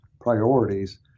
priorities